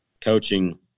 coaching